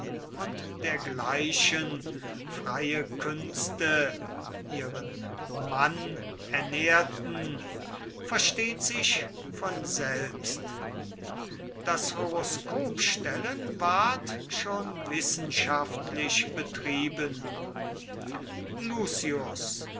und dergleichen freie künste ihren mann ernährten versteht sich von selbst das horoskopstellen ward schon wissenschaftlich betrieben lucius